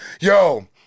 yo